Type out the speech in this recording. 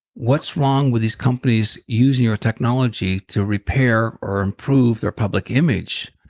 what's wrong with these companies using your technology to repair or improve their public image?